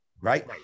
right